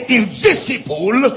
invisible